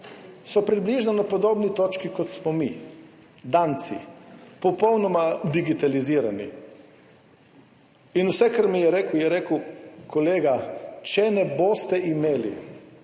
na približno podobni točki, kot smo mi. Danci, popolnoma digitalizirani. Vse, kar mi je rekel, je rekel: »Kolega, če ne boste imeli